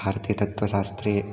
भारतीय तत्त्वशास्त्रे